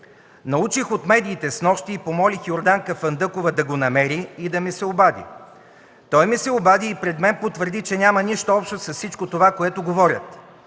„Научих от медиите снощи и помолих Йорданка Фандъкова да го намери и да ми се обади. Той ми се обади и пред мен потвърди, че няма нищо общо с това, което говорят.